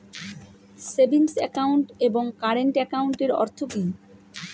Savings account এবং current একাউন্টের অর্থ কি?